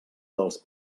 dels